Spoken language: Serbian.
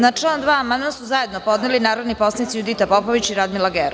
Na član 2. amandman su zajedno podneli narodni poslanici Judita Popović i Radmila Gerov.